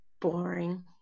boring